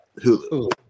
hulu